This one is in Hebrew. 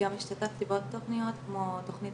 גם השתתפתי בעוד תוכניות כמו תוכנית